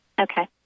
Okay